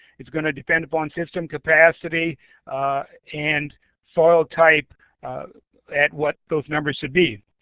it's going to depend but on system capacity and soil type at what those numbers should be.